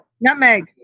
Nutmeg